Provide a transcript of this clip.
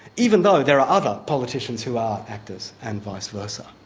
even though there are other politicians who are actors, and vice versa.